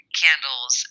candles